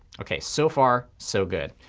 ok. so far so good.